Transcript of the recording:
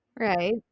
right